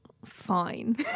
fine